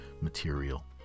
material